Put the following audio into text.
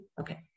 Okay